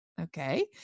Okay